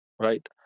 right